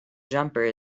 jumper